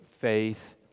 faith